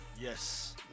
Yes